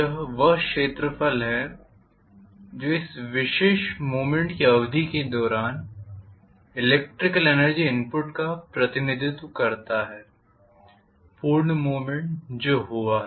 यह वह क्षेत्रफल है जो इस विशेष मूवमेंट की अवधि के दौरान इलेक्ट्रिकल एनर्जी इनपुट का प्रतिनिधित्व करता है पूर्ण मूवमेंट जो हुआ है